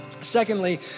Secondly